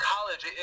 college